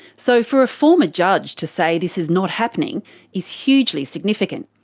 so for a former judge to say this is not happening is hugely significant.